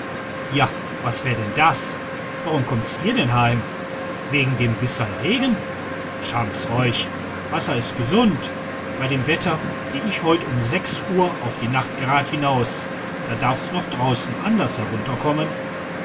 ja was wär denn das warum kommt's ihr denn heim wegen dem bissel regen schamt's euch wasser ist gesund bei dem wetter geh ich heut um sechs uhr auf die nacht gerad hinaus da darf's noch ganz anders herunterkommen